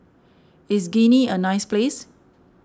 is Guinea a nice place